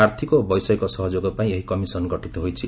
ଆର୍ଥକ ଓ ବୈଷୟିକ ସହଯୋଗପାଇଁ ଏହି କମିଶନ୍ ଗଠିତ ହୋଇଛି